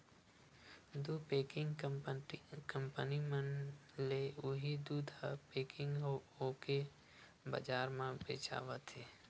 दू packing company मन ले उही दूद ह पेकिग होके बजार म बेचावत हे